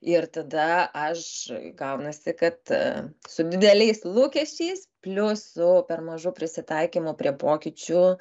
ir tada aš gaunasi kad su dideliais lūkesčiais plius su per mažu prisitaikymu prie pokyčių